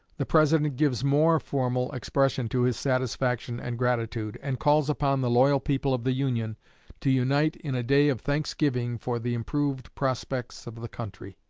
the president gives more formal expression to his satisfaction and gratitude, and calls upon the loyal people of the union to unite in a day of thanksgiving for the improved prospects of the country.